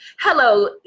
Hello